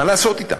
מה לעשות אתם.